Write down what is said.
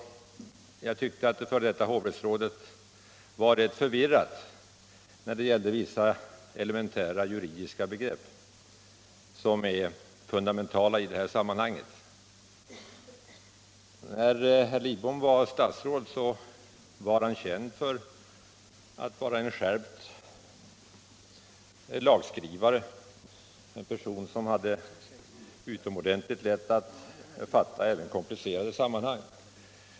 Jag tyckte att det f. d. hovrättsrådet var rätt förvirrad då det gällde vissa elementära juridiska begrepp som är fundamentala i detta sammanhang. När herr Lidbom var statsråd var han känd för att vara en skärpt och snabb lagskrivare, en person som hade utomordentligt lätt att fatta även komplicerade sammanhang.